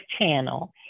channel